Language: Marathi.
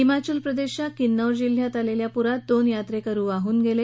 हिमाचल प्रदेशच्या किन्नौर जिल्ह्यात आलेल्या पुरात दोन यात्रेकरू वाहन गेले